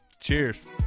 Cheers